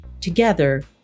Together